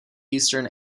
eastern